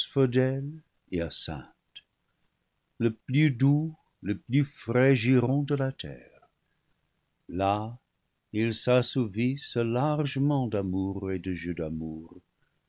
le plus frais giron de la terre là ils s'assouvissent largement d'amour et de jeux d'amour